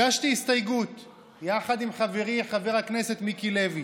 הגשתי הסתייגות יחד עם חברי חבר הכנסת מיקי לוי